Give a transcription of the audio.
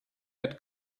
had